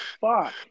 fuck